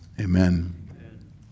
Amen